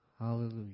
Hallelujah